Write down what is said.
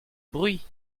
bruit